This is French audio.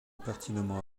pertinemment